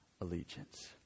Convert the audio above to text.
allegiance